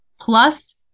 plus